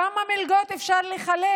כמה מלגות אפשר לחלק?